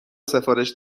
سفارش